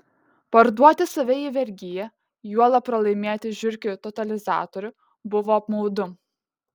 parduoti save į vergiją juolab pralaimėti žiurkių totalizatorių buvo apmaudu